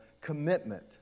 commitment